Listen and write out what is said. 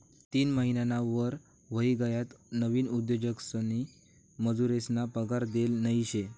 तीन महिनाना वर व्हयी गयात नवीन उद्योजकसनी मजुरेसना पगार देल नयी शे